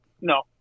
No